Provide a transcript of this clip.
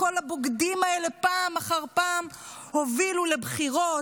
וכל הבוגדים האלה פעם אחר פעם הובילו לבחירות,